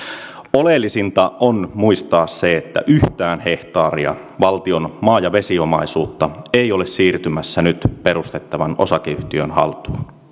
oleellisinta on muistaa se että yhtään hehtaaria valtion maa ja vesiomaisuutta ei ole siirtymässä nyt perustettavan osakeyhtiön haltuun